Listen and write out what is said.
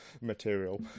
material